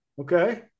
Okay